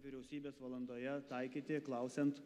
vyriausybės valandoje taikyti klausiant